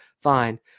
Fine